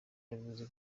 yavuze